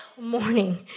morning